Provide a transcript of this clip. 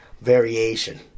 variation